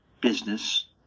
business